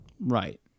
Right